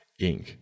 Inc